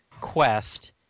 quest